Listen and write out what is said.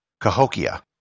Cahokia